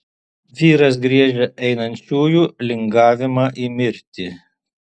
vyras griežia einančiųjų lingavimą į mirtį